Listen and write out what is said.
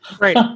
Right